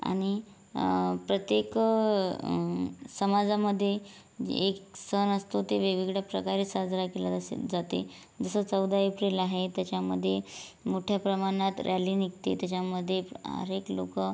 आणि प्रत्येक समाजामध्ये एक सण असतो ते वेगवेगळ्या प्रकारे साजरा केलेला असेन जाते जसं चौदा एप्रिल आहे त्याच्यामध्ये मोठ्या प्रमाणात रॅली निघते त्याच्यामध्ये हर एक लोक